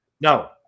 No